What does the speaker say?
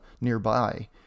nearby